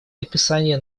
описание